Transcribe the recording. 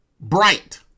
Bright